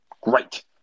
great